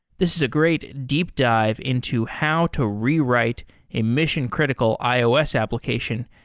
this is a great deep dive into how to rewrite a mission critical ios application,